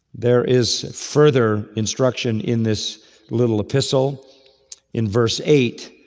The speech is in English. there is further instruction in this little epistle in verse eight,